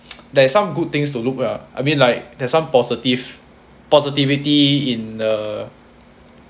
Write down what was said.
there's some good things to look lah I mean like there's some positive positivity in err